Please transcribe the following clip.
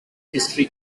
history